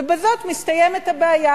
ובזאת מסתיימת הבעיה.